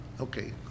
Okay